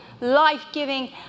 life-giving